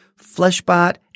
Fleshbot